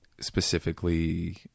specifically